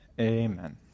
amen